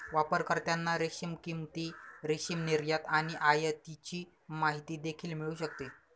वापरकर्त्यांना रेशीम किंमती, रेशीम निर्यात आणि आयातीची माहिती देखील मिळू शकते